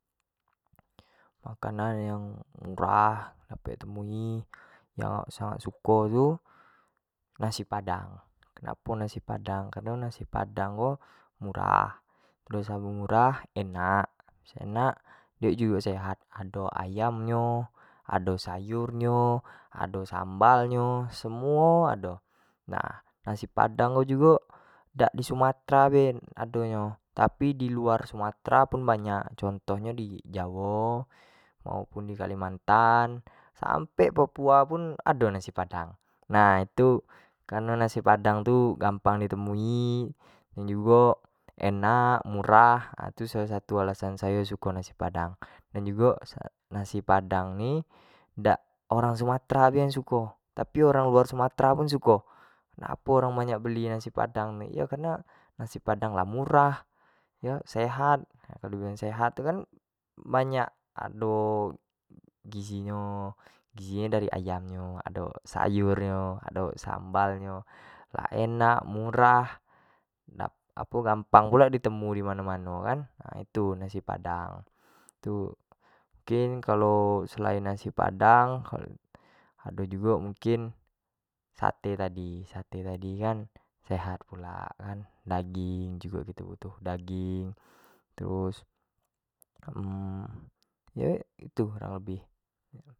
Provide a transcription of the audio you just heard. Makanan yang murah dapat di temui yang sayo sangat suko tu, nasi padang, kenapo nasi padang, kareno nasi padang ko, murah, terus selain murah enak, habis enak dio jugo sehat ado ayam nyo, ado sayur nyo, ado sambal nyo, semuo ado, nah nasi padang ko jugo, dak di sumatera be ado nyo, tapi di luar sumatera pun banyak, contoh di jawo, maupun di kalimantan sampe papua pun ado nasi padang, nah itu kareno nasi padang tu gampang di temui dan jugo enak, murah itu salah satu alasan sayo suko nasi padang, dan jugo nasi padang ni dak orang suamtera be yang suko. tapi orang luar sumatera pun suko, ngapo orang banyak beli nasi pdang ni, yo karena nasi padang lah murah yo, sehat, shat tu kan banyak, ado gizi nyo, gizi nyo dari ayam nyo, ado sayur nyo, lah enak, murah, gampang pulo ado dimano-mano kan, nah itu nasi padang, itu mungkin kalo selain nasi padang, ado jugo mungkin sate tadi, sate tadi kan sehat pulak gitu kan, daging jugo gitu-gitu, daging terus yo itu kurang lebih.